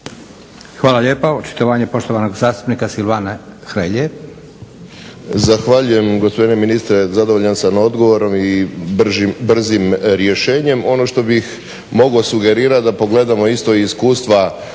Hvala lijepo. Očitovanje poštovanog zastupnika Silvana Hrelje.